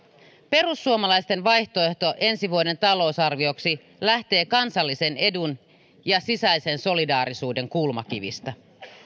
perussuomalaisten vaihtoehto ensi vuoden talousarvioksi lähtee kansallisen edun ja sisäisen solidaarisuuden kulmakivistä